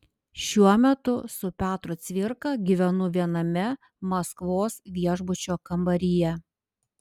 šiuo metu su petru cvirka gyvenu viename maskvos viešbučio kambaryje